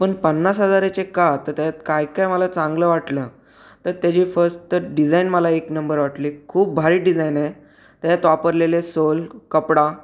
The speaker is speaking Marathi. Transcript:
पण पन्नास हजाराचे का तर त्यात काय काय मला चांगलं वाटलं तर त्याची फस्ट तर डिजाईन मला एक नंबर वाटली खूप भारी डिजाईन आहे त्याच्यात वापरलेले सोल कपडा